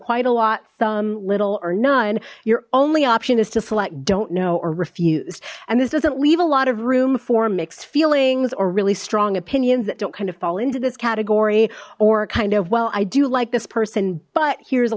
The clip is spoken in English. quite a lot some little or none your only option is to select don't know or refuse and this doesn't leave a lot of room for mixed feelings or really strong opinions that don't kind of fall into this category or kind of well i do like this person but here's a